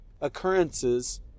occurrences